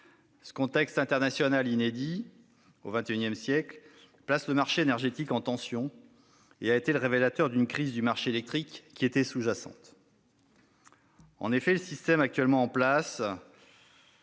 Ce contexte international, inédit au XXIsiècle, place le marché énergétique en tension et a été le révélateur d'une crise du marché électrique sous-jacente. En effet, avec le système actuel, le